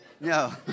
No